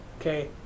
Okay